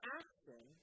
action